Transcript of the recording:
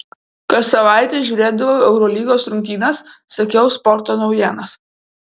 kas savaitę žiūrėdavau eurolygos rungtynes sekiau sporto naujienas